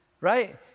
right